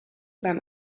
beim